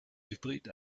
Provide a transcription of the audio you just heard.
hybrid